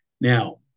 Now